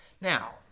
Now